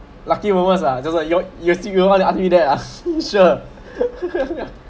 lucky moments ah just like you're you still you want to up you there ah sure